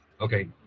Okay